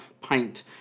pint